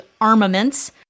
Armaments